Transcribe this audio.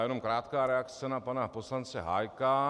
Já jenom krátká reakce na pana poslance Hájka.